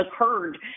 occurred